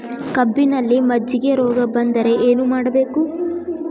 ಕಬ್ಬಿನಲ್ಲಿ ಮಜ್ಜಿಗೆ ರೋಗ ಬಂದರೆ ಏನು ಮಾಡಬೇಕು?